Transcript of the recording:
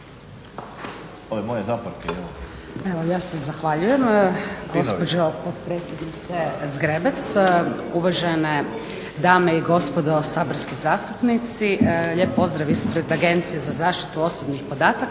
Hrvoje** Zahvaljujem gospođo potpredsjednice Zgrebec. Uvažene dame i gospodo saborski zastupnici. Lijep pozdrav ispred Agencije za zaštitu osobnih podataka